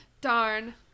Darn